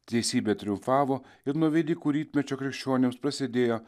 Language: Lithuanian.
teisybė triumfavo ir nuo velykų rytmečio krikščionims prasidėjo